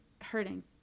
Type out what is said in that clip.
hurting